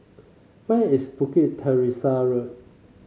where is Bukit Teresa Road